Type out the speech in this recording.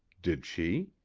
did she?